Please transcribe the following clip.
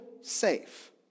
safe